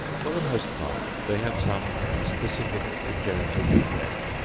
for the most part they have some specific congenital defect,